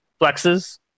flexes